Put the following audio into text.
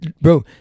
Bro